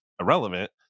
irrelevant